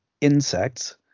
insects